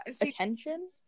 attention